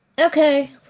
Okay